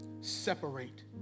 Separate